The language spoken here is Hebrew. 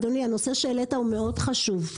אדוני הנושא שהעלית חשוב מאוד.